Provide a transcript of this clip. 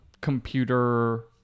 computer